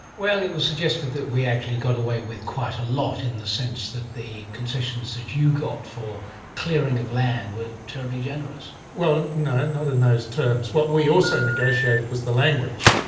well, it was suggested that we actually got away with quite a lot in the sense that the concessions that you got for clearing of land were terribly generous. well, no, not in those terms. what we also negotiated was the language,